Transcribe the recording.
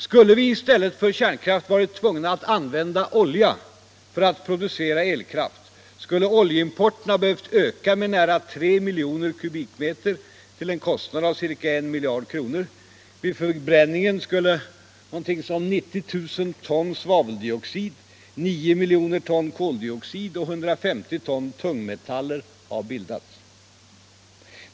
Skulle vi i stället för kärnkraft ha varit tvungna att använda olja för att producera elkraft, skulle oljeimporten ha behövt ökas med nära tre miljoner kubikmeter till en kostnad av ca 1 miljard kronor. Vid förbränningen skulle omkring 90 000 ton svaveldioxid, nio miljoner ton koldioxid och 150 ton tungmetaller ha bildats.